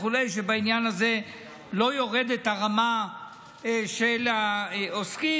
כשבעניין הזה לא יורדת הרמה של העוסקים.